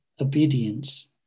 obedience